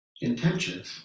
intentions